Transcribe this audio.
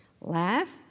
laugh